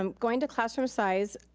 um going to classroom size,